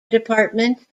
department